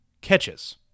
catches